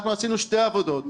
אנחנו עשינו שתי עבודות,